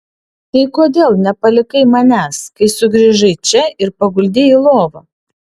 tai kodėl nepalikai manęs kai sugrįžai čia ir paguldei į lovą